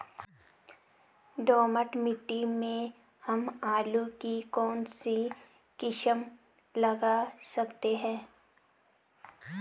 दोमट मिट्टी में हम आलू की कौन सी किस्म लगा सकते हैं?